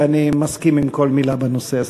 ואני מסכים לכל מילה בנושא הזה.